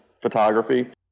photography